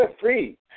free